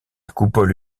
coupole